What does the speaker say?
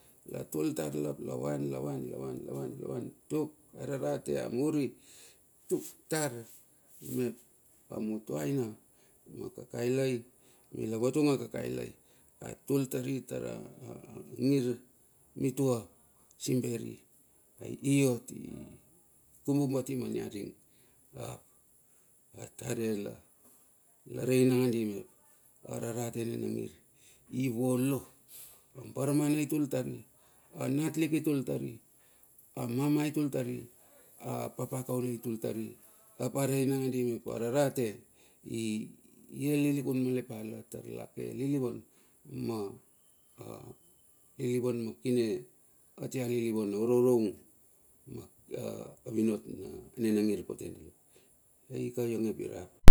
Latul tar la ap lavan, lavan, lavan, lavan, lavan tuk, ararate ia muri. Tuk tar mep a mutuaina akakailai mila vatung a kakailai, a tul tari tara ngir mitua ot simberi ai iot i kumbu bati ma niaring, ap a tare la rei nangadi mep, ararate nina ngir i volo. Abarmana itul tari, anatlik itul tari, a mama itul tari, a papa kaule itul tari ap arei nandi mep ararate i el lilikun male pala tar lake lilivan ma lilivan ma kine kati a lilivan ororo ung, pa avinot nina ngir pote dala. Ai ka ionge ap irap.